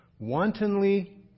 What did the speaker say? Wantonly